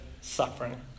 suffering